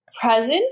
Present